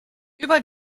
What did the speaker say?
über